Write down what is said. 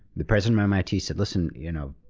the president of mit said, listen, you know,